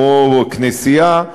כמו כנסייה,